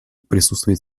присутствует